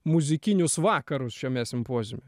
muzikinius vakarus šiame simpoziume